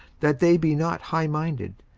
that they be not highminded,